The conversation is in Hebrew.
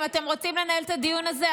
אם אתם רוצים לנהל את הדיון הזה,